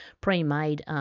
pre-made